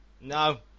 No